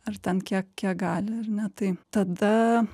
ar ten kiek kiek gali ar ne tai tada